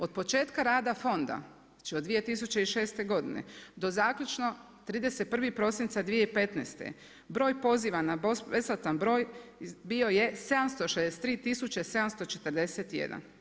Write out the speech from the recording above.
Od početka rada fonda, znači od 2006. godine do zaključno 31. prosinca 2015. broj poziva na besplatan broj bio je 736741.